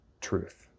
truth